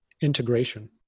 Integration